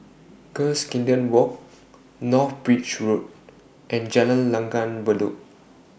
Cuscaden Walk North Bridge Road and Jalan Langgar Bedok